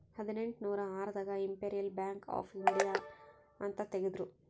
ಹದಿನೆಂಟನೂರ ಆರ್ ದಾಗ ಇಂಪೆರಿಯಲ್ ಬ್ಯಾಂಕ್ ಆಫ್ ಇಂಡಿಯಾ ಅಂತ ತೇಗದ್ರೂ